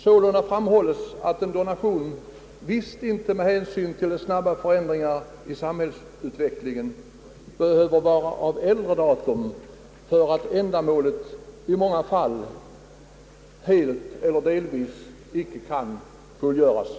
Sålunda framhålles att en donation med hänsyn till de snabba förändringarna i samhällsutvecklingen visst inte behöver vara av äldre datum för att ändamålet i många fall helt eller delvis icke kan fullgöras.